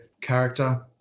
character